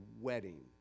wedding